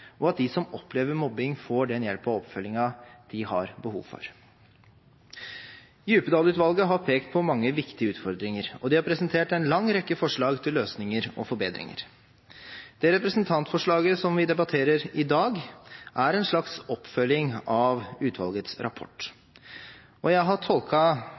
og at de som opplever mobbing, får den hjelpen og oppfølgingen de har behov for. Djupedal-utvalget har pekt på mange viktige utfordringer, og de har presentert en lang rekke forslag til løsninger og forbedringer. Det representantforslaget som vi debatterer i dag, er en slags oppfølging av utvalgets rapport, og jeg har